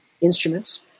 instruments